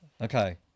Okay